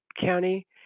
county